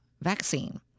vaccine